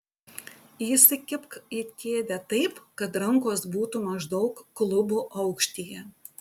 įsikibk į kėdę taip kad rankos būtų maždaug klubų aukštyje